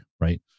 right